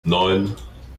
neun